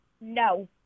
No